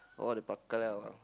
all they bao ka liao ah